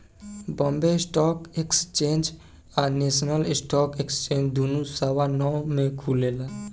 Bombay stock exchange आ national stock exchange दुनो सवा नौ में खुलेला